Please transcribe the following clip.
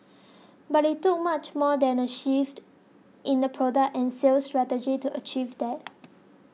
but it took much more than a shift in product and sales strategy to achieve that